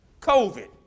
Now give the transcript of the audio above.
COVID